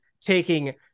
taking